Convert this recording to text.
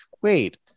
wait